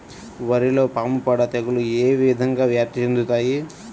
వరిలో పాముపొడ తెగులు ఏ విధంగా వ్యాప్తి చెందుతాయి?